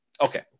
Okay